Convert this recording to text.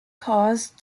caused